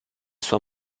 sua